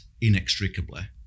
inextricably